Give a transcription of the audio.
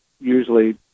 usually